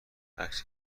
عکس